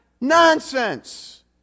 Nonsense